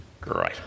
Great